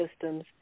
systems